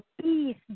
peace